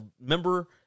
member